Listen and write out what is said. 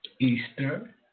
Easter